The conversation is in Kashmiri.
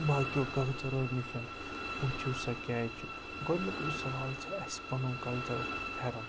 باقیو کَلچَرو نِشَن وٕچھِو سَہ کیٛازِ چھُ گۄڈنیُکُے سَوال چھِ اَسہِ پَنُن کَلچَرَس منٛز پھٮ۪رَن